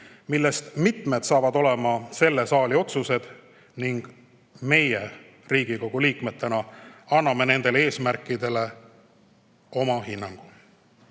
millest mitmed saavad olema selle saali otsused, ning meie Riigikogu liikmetena anname nendele eesmärkidele oma hinnangu,